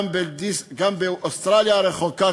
גם באוסטרליה הרחוקה,